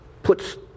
Puts